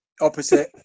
opposite